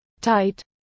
Tight